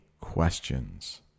questions